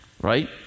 Right